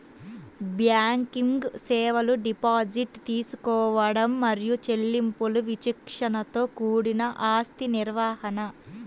banking సేవలు deposit తీసుకోవడం మరియు చెల్లింపులు విచక్షణతో కూడిన ఆస్తి నిర్వహణ,